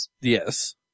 Yes